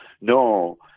no